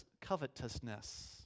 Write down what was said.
covetousness